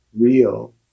real